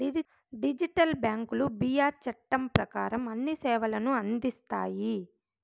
digital బ్యాంకులు BR చట్టం ప్రకారం అన్ని సేవలను అందిస్తాయి